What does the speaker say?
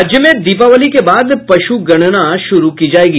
राज्य में दीपावली के बाद पश्गणना शुरू की जायेगी